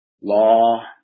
law